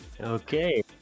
Okay